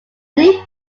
new